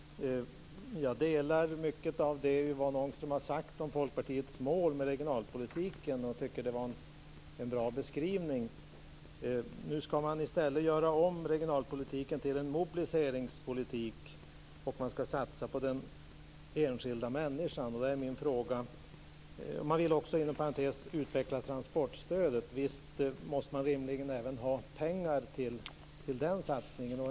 Fru talman! Jag delar mycket av det Yvonne Ångström sade om Folkpartiets mål i regionalpolitiken. Jag tycker att det är en bra beskrivning. Nu skall man göra om regionalpolitiken till en mobiliseringspolitik, och man skall satsa på den enskilda människan. Man vill också inom parentes sagt utveckla transportstödet. Visst måste man rimligen ha pengar till den satsningen.